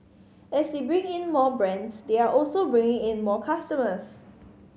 as they bring in more brands they are also bringing in more customers